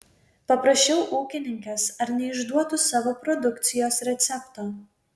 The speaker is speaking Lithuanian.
paprašiau ūkininkės ar neišduotų savo produkcijos recepto